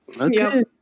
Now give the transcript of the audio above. Okay